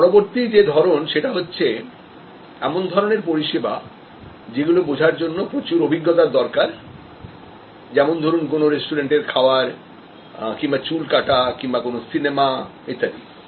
এর পরবর্তী যে ধরন সেটা হচ্ছেএমন ধরনের পরিষেবা যেগুলি বোঝার জন্য প্রচুর অভিজ্ঞতার দরকার হয় যেমন ধরুন কোন রেস্টুরেন্টের খাবার কিংবা চুল কাটা কিংবা কোন সিনেমা ইত্যাদি